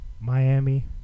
Miami